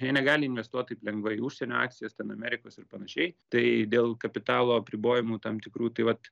jie negali investuot taip lengvai į užsienio akcijas ten amerikos ir panašiai tai dėl kapitalo apribojimų tam tikrų tai vat